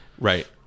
Right